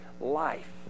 Life